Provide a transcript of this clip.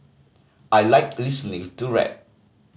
I like listening to rap